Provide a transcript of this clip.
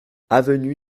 avenue